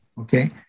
okay